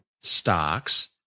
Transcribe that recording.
stocks